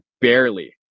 barely